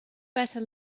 better